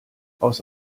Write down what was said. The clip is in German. aus